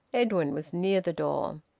edwin was near the door.